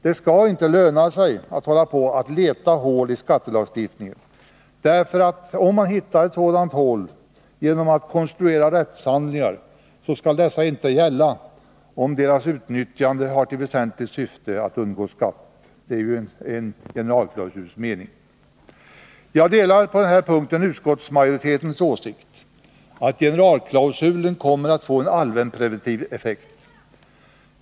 Det skall inte löna sig att hålla på med att leta hål i skattelagstiftningen, därför att om man hittar ett sådant hål genom att konstruera rättshandlingar skall dessa inte gälla om deras utnyttjande har till väsentligt syfte att undgå skatt — det är ju meningen med en generalklausul. På en punkt delar jag utskottsmajoritetens åsikt, nämligen att generalklausulen kommer att få en allmänpreventiv effekt.